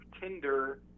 Tinder